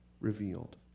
revealed